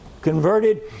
converted